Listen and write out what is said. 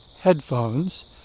headphones